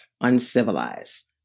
uncivilized